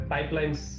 Pipelines